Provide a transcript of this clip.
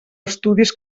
estudis